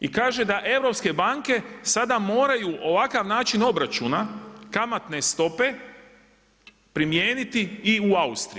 I kaže da europske banke sada moraju ovakav način obračuna kamatne stope primijeniti i u Austriji.